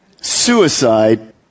suicide